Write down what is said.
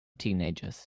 teenagers